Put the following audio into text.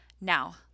Now